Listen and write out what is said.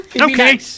Okay